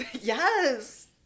Yes